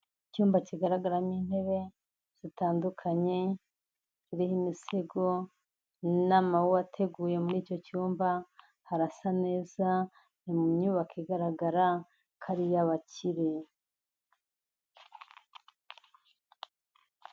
Icyumba kigaragaramo intebe zitandukanye ziriho imisego n'amawuwa ateguye muri icyo cyumba, harasa neza, ni mu imyubako igaragara ko ari iy'abakire.